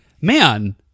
man